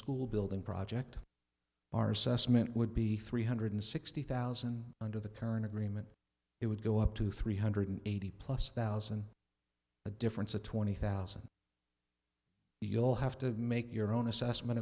school building project our sussman would be three hundred sixty thousand under the current agreement it would go up to three hundred eighty plus thousand a difference of twenty thousand you'll have to make your own assessment